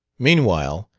meanwhile,